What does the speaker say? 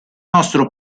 nostro